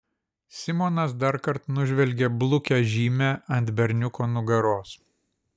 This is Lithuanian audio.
simonas darkart nužvelgė blukią žymę ant berniuko nugaros